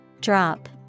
Drop